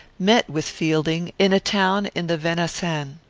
met with fielding, in a town in the venaissin.